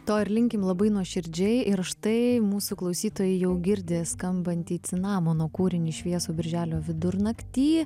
to ir linkim labai nuoširdžiai ir štai mūsų klausytojai jau girdi skambantį cinamono kūrinį šviesų birželio vidurnaktį